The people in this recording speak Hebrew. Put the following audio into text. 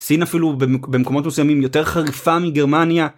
סין אפילו במקומות מסוימים יותר חריפה מגרמניה.